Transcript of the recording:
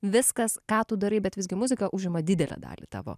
viskas ką tu darai bet visgi muzika užima didelę dalį tavo